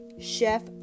chef